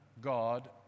God